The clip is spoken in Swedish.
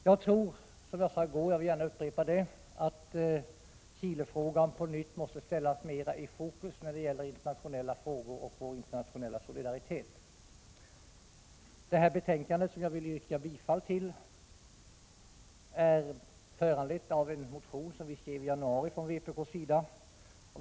Jag upprepar gärna vad jag sade i går om att Chilefrågan på nytt måste ställas mera i focus när det gäller internationella frågor och vår internationel la solidaritet. Detta betänkande, som jag vill yrka bifall till, är föranlett av en motion från vpk:s sida som vi skrev i januari.